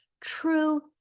true